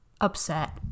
upset